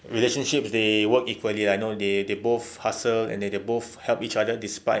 relationships they work equally I know they both hustle and they both help each other despite